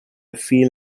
feel